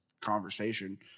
conversation